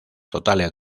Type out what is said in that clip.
totales